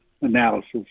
analysis